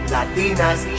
Latinas